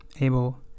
able